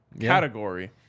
category